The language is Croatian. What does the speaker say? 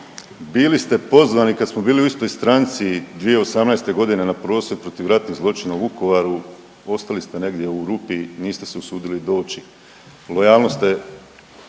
bili ste pozvani kad smo bili u istoj stranci 2018. na prosvjed protiv ratnih zločina u Vukovaru, ostali ste negdje u rupi, niste se usudili doći, lojalnost